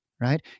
right